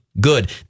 good